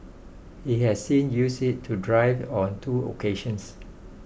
he has since used it to drive on two occasions